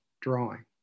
drawing